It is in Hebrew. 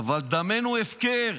אבל דמנו הפקר.